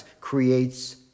creates